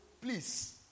please